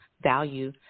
value